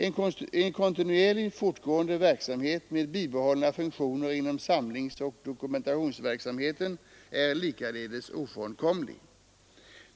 En kontinuerligt fortgående verksamhet med bibehållna funktioner inom samlingsoch dokumentationsverksamheten är likaledes ofrånkomlig.